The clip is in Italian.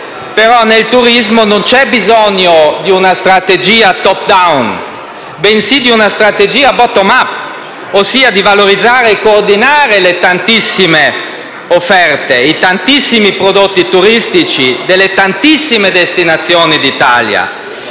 Però nel turismo non c'è bisogno di una strategia *top down*, bensì di una strategia *bottom up*, ossia di valorizzare e coordinare le tantissime offerte e i tantissimi prodotti turistici delle tantissime destinazioni d'Italia.